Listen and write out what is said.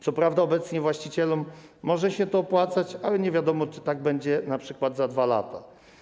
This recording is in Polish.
Co prawda obecnym właścicielom może się to opłacać, ale nie wiadomo, czy tak będzie np. za 2 lata.